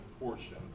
portion